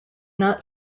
not